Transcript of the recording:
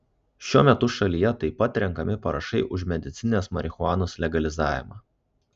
šiuo metu šalyje taip pat renkami parašai už medicininės marihuanos legalizavimą